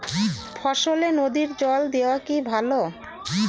ফসলে নদীর জল দেওয়া কি ভাল?